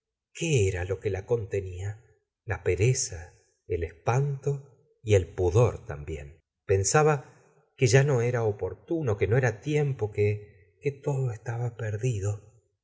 qué era lo que la contenía la pereza el espanto y el pudor también pensaba que ya no era oportuno que no era tiempo que todo estaba perdido